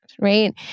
right